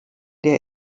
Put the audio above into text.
der